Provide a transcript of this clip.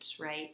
right